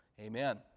Amen